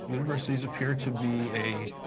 universities appear to be a